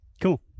Cool